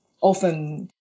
often